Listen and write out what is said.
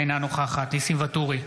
אינה נוכחת ניסים ואטורי,